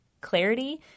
clarity